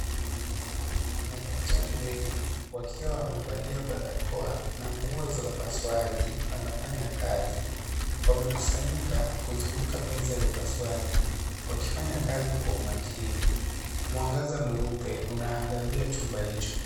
Madaktari wengi wakiwa wamevalia barakoa , na nguo za upasuaji wanafanya kazi. Wamekusanyika kuzunguka meza ya upasuaji ,wakifanya kazi kwa umakini, mwangaza mweupe unaangazia chumba hicho .